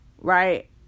right